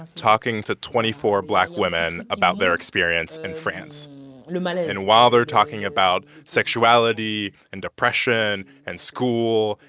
talking to twenty four black women about their experience in and france and um but and while they're talking about sexuality and depression and school,